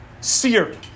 seared